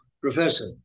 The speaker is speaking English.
Professor